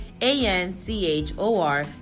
a-n-c-h-o-r